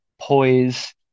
poise